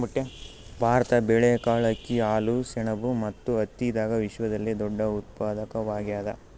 ಭಾರತ ಬೇಳೆಕಾಳ್, ಅಕ್ಕಿ, ಹಾಲು, ಸೆಣಬು ಮತ್ತು ಹತ್ತಿದಾಗ ವಿಶ್ವದಲ್ಲೆ ದೊಡ್ಡ ಉತ್ಪಾದಕವಾಗ್ಯಾದ